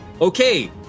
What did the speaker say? Okay